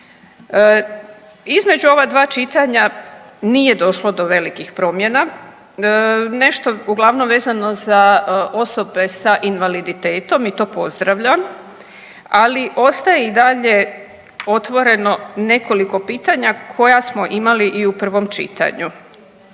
Između ova dva čitanja nije došlo do velikih promjena, nešto uglavnom vezano za osobe sa invaliditetom i to pozdravljam, ali ostaje i dalje otvoreno nekoliko pitanja koja smo imali i u prvom čitanju.